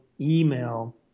email